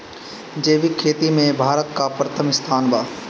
जैविक खेती में भारत का प्रथम स्थान बा